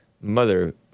mother